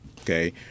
okay